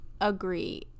agree